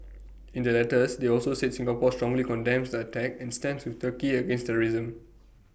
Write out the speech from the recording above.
in their letters they also said Singapore strongly condemns the attack and stands with turkey against terrorism